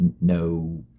no